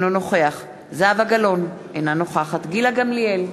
אינו נוכח זהבה גלאון, אינה נוכחת גילה גמליאל,